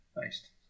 based